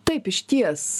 taip išties